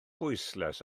bwyslais